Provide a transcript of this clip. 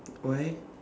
why